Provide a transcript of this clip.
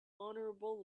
honorable